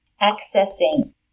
Accessing